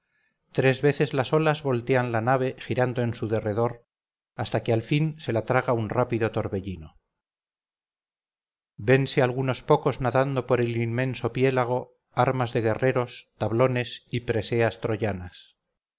tres veces las olas voltean la nave girando en su derredor hasta que al fin se la traga un rápido torbellino vénse algunos pocos nadando por el inmenso piélago armas de guerreros tablones y preseas troyanas